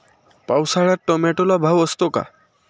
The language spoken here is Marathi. पावसाळ्यात टोमॅटोला भाव असतो का?